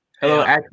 Hello